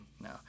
No